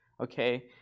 Okay